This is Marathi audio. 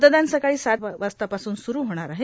मतदान सकाळी सात वाजतापासून होणार आहे